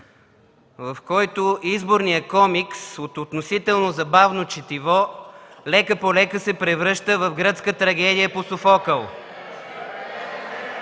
в който изборният комикс от относително забавно четиво лека-полека се превръща в гръцка трагедия по Софокъл!